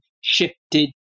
shifted